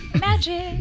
Magic